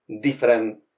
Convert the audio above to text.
different